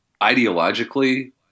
ideologically